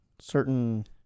certain